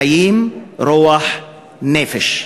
חיים, רוח, נפש.